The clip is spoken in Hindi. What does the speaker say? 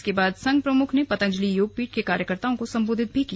इसके बाद संघ प्रमुख ने पतंजलि योगपीठ के कार्यकर्ताओं को संबोधित भी किया